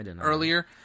earlier